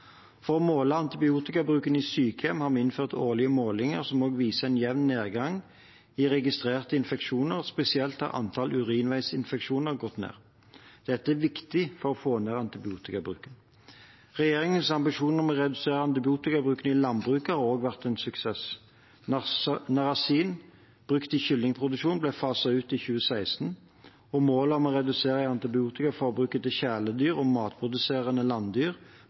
For å måle antibiotikabruken i sykehjem har vi innført årlige målinger som også viser en jevn nedgang i registrerte infeksjoner. Spesielt har antall urinveisinfeksjoner gått ned. Dette er viktig for å få ned antibiotikabruken. Regjeringens ambisjon om å redusere antibiotikaforbruket i landbruket har også vært en suksess. Narasin brukt i kyllingproduksjon ble faset ut i 2016, og målet om å redusere antibiotikaforbruket til kjæledyr og matproduserende landdyr